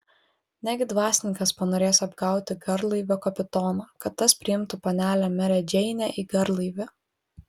negi dvasininkas panorės apgauti garlaivio kapitoną kad tas priimtų panelę merę džeinę į garlaivį